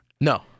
No